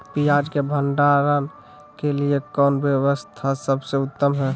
पियाज़ के भंडारण के लिए कौन व्यवस्था सबसे उत्तम है?